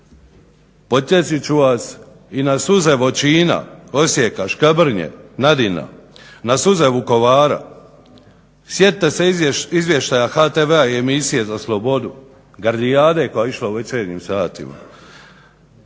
ću vas i na suze Bočina, Osijeka, Škabrnja, Nadina na suze Vukovara, sjetite se izvještaja HTV-a i emisije za slobodu, gardijade koja je išla u večernjim satima.